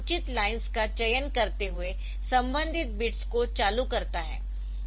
तो यह उचित लाइन्स का चयन करते हुए संबंधित बिट्स को चालू करता है